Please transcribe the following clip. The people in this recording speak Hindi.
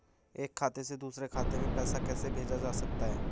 एक खाते से दूसरे खाते में पैसा कैसे भेजा जा सकता है?